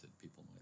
people